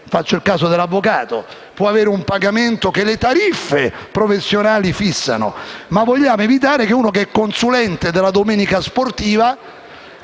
faccio il caso dell'avvocato - può avere un pagamento che le tariffe professionali fissano. Ma noi vogliamo evitare che un consulente della «Domenica Sportiva»